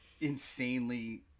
insanely